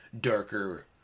darker